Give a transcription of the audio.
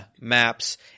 maps